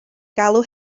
galw